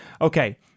okay